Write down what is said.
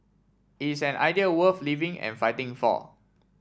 it's an idea worth living and fighting for